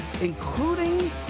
including